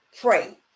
pray